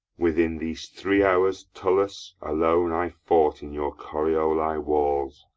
within these three hours, tullus, alone i fought in your corioli walls,